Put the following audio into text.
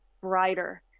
brighter